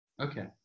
Okay